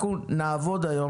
אנחנו נעבוד היום,